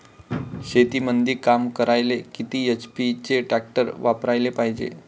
शेतीमंदी काम करायले किती एच.पी चे ट्रॅक्टर वापरायले पायजे?